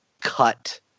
cut